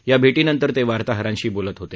या भेटीनंतर ते वार्ताहरांशी बोलत होते